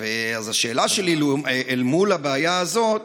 השאלה שלי: אל מול הבעיה הזו,